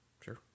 Sure